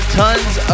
tons